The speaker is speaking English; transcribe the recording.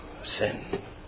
sin